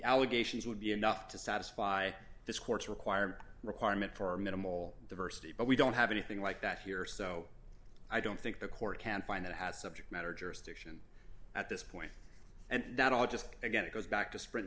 allegations would be enough to satisfy this court's requirement requirement for minimal diversity but we don't have anything like that here so i don't think the court can find that has subject matter jurisdiction at this point and not all just again it goes back to sprint